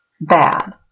bad